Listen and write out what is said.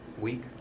week